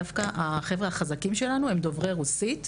דווקא החבר'ה החזקים שלנו הם דוברי רוסית,